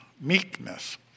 meekness